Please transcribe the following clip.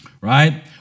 Right